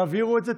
תעבירו את זה.